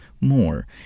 more